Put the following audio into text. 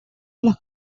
las